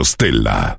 Stella